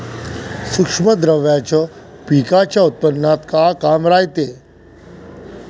सूक्ष्म द्रव्याचं पिकाच्या उत्पन्नात का काम रायते?